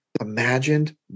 imagined